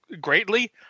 greatly